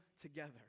together